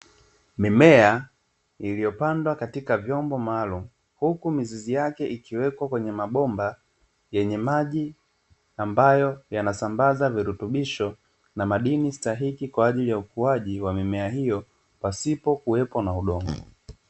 Mimea iliyopandwa katika vyombo maalum, huku mizizi yake ikiwekwa kwenye mabomba yenye maji, ambayo yanasambaza virutubisho na madini stahiki kwa ajili ya ukuaji wa mimea hiyo pasipo kuwepo kwa udongo.